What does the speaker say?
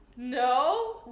no